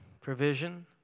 provision